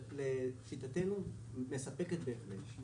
לשיטתנו הודעה גנרית כזאת מספקת בהחלט.